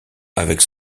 avec